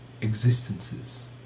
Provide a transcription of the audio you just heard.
existences